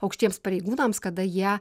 aukštiems pareigūnams kada jie